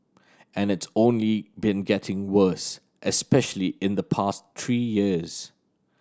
and it's only been getting worse especially in the past three years